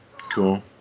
Cool